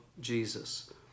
Jesus